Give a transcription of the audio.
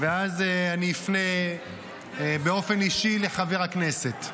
ואז אני אפנה באופן אישי לחבר הכנסת.